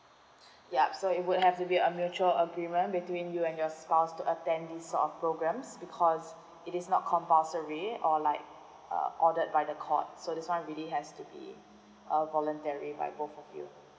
yup so it would have to be a mutual agreement between you and your spouse to attend this sort of programmes because it is not compulsory or like uh ordered by the court so this one really has to be uh voluntary by both of you